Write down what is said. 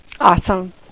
Awesome